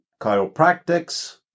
chiropractics